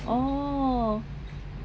oh